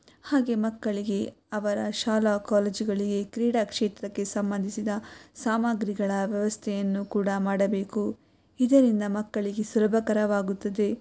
ಹಾಗೇ ಮಕ್ಕಳಿಗೆ ಅವರ ಶಾಲಾ ಕಾಲೇಜುಗಳಿಗೆ ಕ್ರೀಡಾಕ್ಷೇತ್ರಕ್ಕೆ ಸಂಬಂಧಿಸಿದ ಸಾಮಗ್ರಿಗಳ ವ್ಯವಸ್ಥೆಯನ್ನು ಕೂಡ ಮಾಡಬೇಕು ಇದರಿಂದ ಮಕ್ಕಳಿಗೆ ಸುಲಭಕಾರವಾಗುತ್ತದೆ